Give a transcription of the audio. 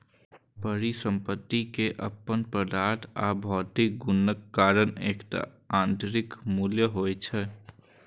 परिसंपत्ति के अपन पदार्थ आ भौतिक गुणक कारण एकटा आंतरिक मूल्य होइ छै